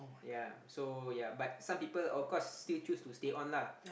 ya so ya but some people of course still choose to stay on lah